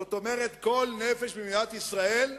זאת אומרת, כל נפש במדינת ישראל,